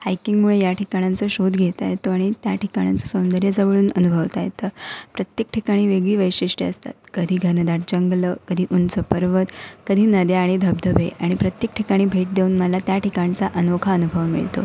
हायकिंगमुळे या ठिकाणांचं शोध घेता येतो आणि त्या ठिकाणांचं सौंदर्य जवळून अनुभवता येतं प्रत्येक ठिकाणी वेगळी वैशिष्ट्ये असतात कधी घनदाट जंगलं कधी उंच पर्वत कधी नद्या आणि धबधबे आणि प्रत्येक ठिकाणी भेट देऊन मला त्या ठिकाणचा अनोखा अनुभव मिळतो